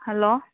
hello